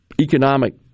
economic